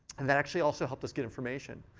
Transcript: and that actually also helped us get information.